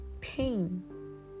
pain